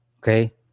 Okay